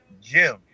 Jim